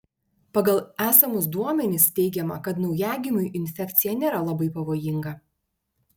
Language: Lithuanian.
pagal esamus duomenis teigiama kad naujagimiui infekcija nėra labai pavojinga